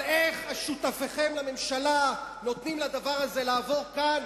אבל איך שותפיכם לממשלה נותנים לדבר הזה לעבור כאן,